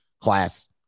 class